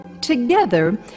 Together